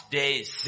days